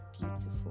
beautiful